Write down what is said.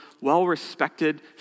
well-respected